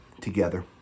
together